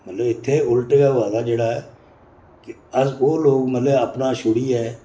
मतलब इत्थै उलट गै होआ दा जेह्ड़ा कि अस ओह् लोग मतलब अपना छोड़ियै